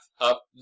up